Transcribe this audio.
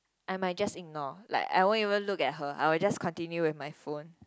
I might just ignore like I won't even look at her I will just continue with my phone